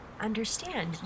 understand